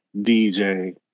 DJ